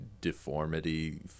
deformity